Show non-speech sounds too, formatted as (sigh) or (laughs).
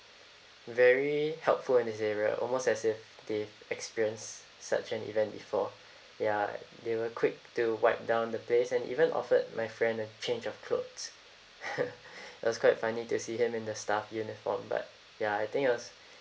very helpful in this area almost as if they've experienced such an event before ya they were quick to wipe down the place and even offered my friend a change of clothes (laughs) it was quite funny to see him in the staff uniform but ya I think it was